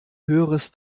höheres